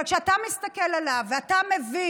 אבל כשאתה מסתכל עליו ומבין